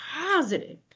positive